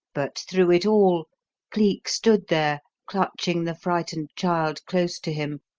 but through it all cleek stood there, clutching the frightened child close to him,